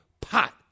pot